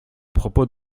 propos